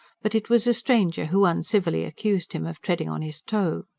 but it was a stranger who uncivilly accused him of treading on his toe.